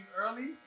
early